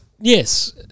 Yes